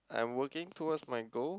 I'm working towards my goal